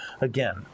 Again